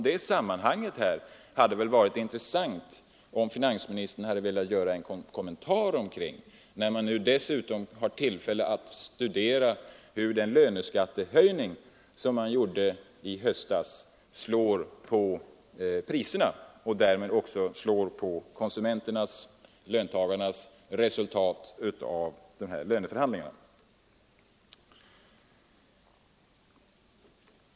Det hade varit intressant om finansministern hade velat göra en kommentar till dessa samband, med tanke på att man dessutom nu har tillfälle att studera hur den löneskattehöjning som gjordes i höstas slår på priserna och därmed också på resultatet av löneförhandlingarna för konsumenterna-löntagarna.